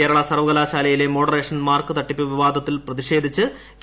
കേരള സർവകലാശാലയിലെ moderation mark തട്ടിപ്പ് വിവാദത്തിൽ പ്രതിഷേധിച്ച് കെ